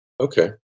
Okay